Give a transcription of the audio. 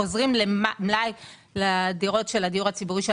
חוזרים למלאי הדירות של הדיור הציבורי של